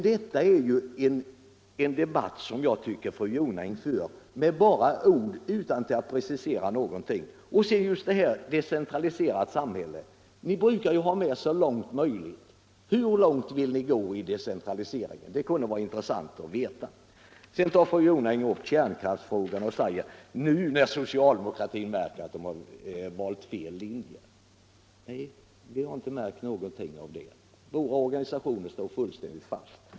Jag tycker att den debatt fru Jonäng för sker med bara ord, utan att precisera någonting. Ta detta med det decentraliserade samhället. Ni brukar ju ha med ”så långt möjligt”. Hur långt vill ni gå i decentralisering? Det kunde vara intressant att få veta. Hon tar upp kärnkraftsfrågan och säger att nu har socialdemokratin märkt att de valt fel linje. Nej, vi har inte märkt någonting av det! Våra organisationer står fullständigt fast.